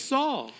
Saul